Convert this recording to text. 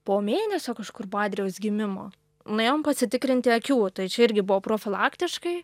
po mėnesio kažkur po adrijaus gimimo nuėjom pasitikrinti akių tai čia irgi buvo profilaktiškai